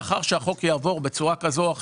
לאחר שהחוק יעבור בצורה כזו או אחרת,